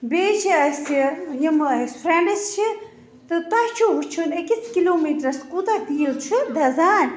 بیٚیہِ چھِ اَسہِ یِمے اَسہِ فرٛینٛڈس چھِ تہٕ تۄہہِ چھُو وُچھُن أکِس کِلو میٖٹرَس کوتاہ تیٖل چھُ دَزان